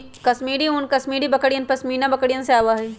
कश्मीरी ऊन कश्मीरी बकरियन, पश्मीना बकरिवन से आवा हई